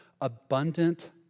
abundant